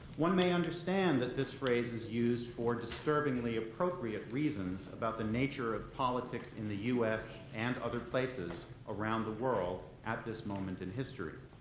one may understand that this phrase is used for disturbingly appropriate reasons about the nature of politics in the us and other places around the world at this moment in history.